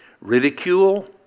ridicule